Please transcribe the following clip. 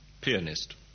Pianist